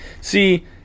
See